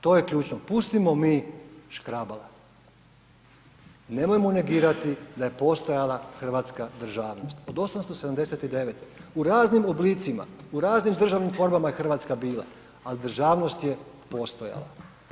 To je ključno, pustimo mi Škrabala, nemojmo negirati da je postojala hrvatska državnost od 879. u raznim oblicima, u raznim državnim tvorbama je Hrvatska bila, ali državnost je postojala.